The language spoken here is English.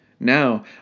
Now